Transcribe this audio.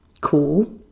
cool